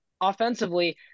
offensively